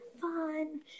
fun